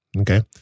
Okay